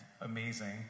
amazing